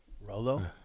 rolo